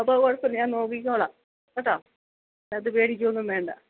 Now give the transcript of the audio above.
അപ്പോൾ കുഴപ്പമില്ല ഞാൻ നോക്കിക്കോളാം കേട്ടോ രാത്രി പേടിക്കുവൊന്നും വേണ്ട